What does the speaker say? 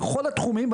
בכל התחומים.